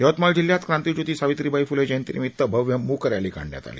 यवतमाळ जिल्ह्यात क्रांतीज्योती सावित्रीबाई फुले जयंती निमित्त भव्य मुक रॅलीने काढण्यात आली